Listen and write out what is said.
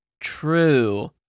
True